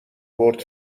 بٌرد